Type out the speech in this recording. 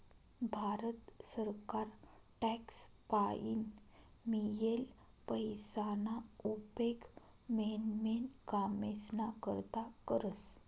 भारत सरकार टॅक्स पाईन मियेल पैसाना उपेग मेन मेन कामेस्ना करता करस